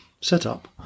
setup